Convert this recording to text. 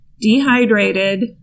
dehydrated